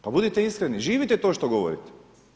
Pa budite iskreni, živite to što govorite.